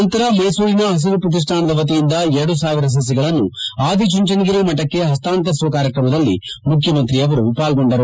ನಂತರ ಮೈಸೂರಿನ ಹಸಿರು ಪ್ರತಿಷ್ಠಾನದ ವತಿಯಿಂದ ಎರಡು ಸಾವಿರ ಸಸಿಗಳನ್ನು ಆದಿಚುಂಚನಗಿರಿ ಮಠಕ್ಕೆ ಹಸ್ತಾಂತರಿಸುವ ಕಾರ್ಯಕ್ರಮದಲ್ಲಿ ಮುಖ್ಯಮಂತ್ರಿಯವರು ಪಾಲ್ಗೊಂಡರು